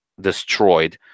destroyed